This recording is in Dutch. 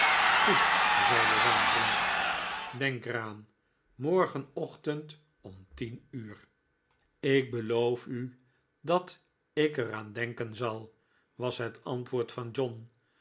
gocd zeide zijn vriend denk er aan morgenochtend om tien uur teruggevonden en weer verloren ik beloof u dat ik er aan denken zar was het antwoord van john